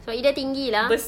sebab ida tinggi lah